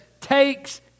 takes